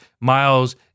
Miles